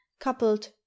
coupled